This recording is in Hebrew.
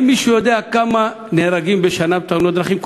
האם מישהו יודע כמה נהרגים בשנה בתאונות דרכים?